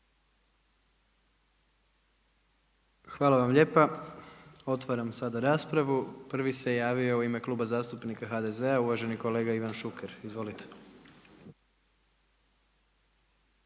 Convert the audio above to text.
Hvala vam lijepa. Otvaram sada raspravu. Prvi se u ime Kluba zastupnika HDZ-a uvaženi kolega Ivan Šuker. Izvolite.